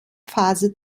phase